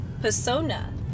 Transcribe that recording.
persona